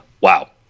Wow